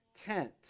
tent